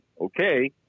okay